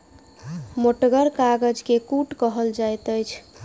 मोटगर कागज के कूट कहल जाइत अछि